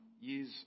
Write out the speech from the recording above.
years